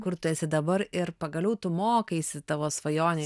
kur tu esi dabar ir pagaliau tu mokaisi tavo svajonė